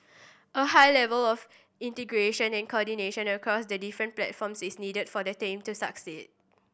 a high level of integration and coordination across the different platforms is needed for the team to succeed